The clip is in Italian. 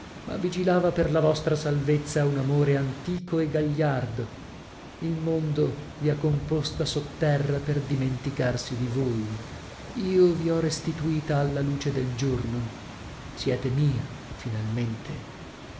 ma vigilava per la vostra salvezza un amore antico e gagliardo il mondo vi ha composta sotterra per dimenticarsi di voi io vi ho restituita alla luce del giorno siete mia finalmente